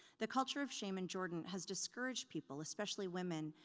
the culture of shame in jordan has discouraged people, especially women,